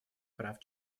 прав